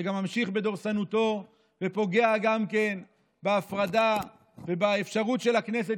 שגם ממשיך בדורסנותו ופוגע גם בהפרדה ובאפשרות של הכנסת